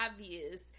obvious